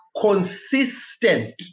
consistent